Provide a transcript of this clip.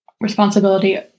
responsibility